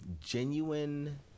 genuine